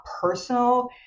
personal